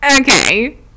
okay